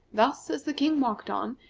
thus, as the king walked on,